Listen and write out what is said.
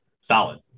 solid